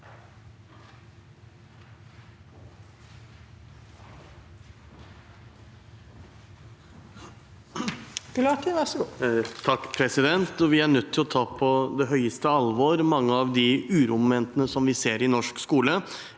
Vi er nødt til å ta på høyeste alvor mange av de uromomentene som vi ser i norsk skole,